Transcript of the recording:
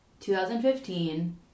2015